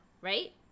right